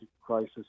crisis